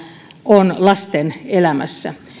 on lasten elämässä